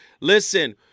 Listen